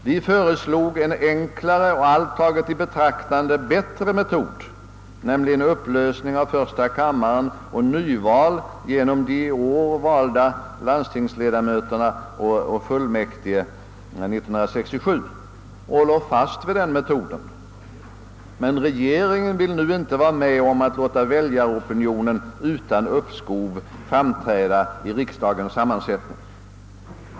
Vi föreslog en enklare och, allt taget i betraktande, bättre metod, nämligen upplösning av första kammaren och nyval genom de i år valda landstingsledamöterna och fullmäktige 1967, och vi håller fast vid den metoden. Men regeringen vill nu inte vara med om att låta väljaropinionen utan uppskov framträda i riksdagens sammansättning.